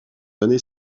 années